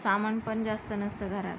सामान पण जास्त नसतं घरात